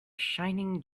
shining